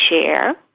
share